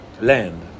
land